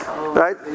Right